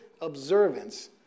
observance